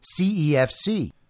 CEFC